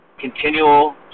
continual